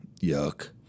yuck